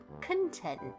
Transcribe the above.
content